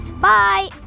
bye